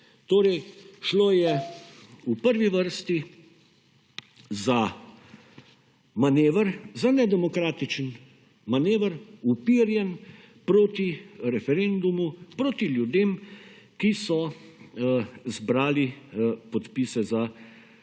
v prvi vrsti za manever, za nedemokratičen manever, uperjen proti referendumu, proti ljudem, ki so zbrali podpise za referendum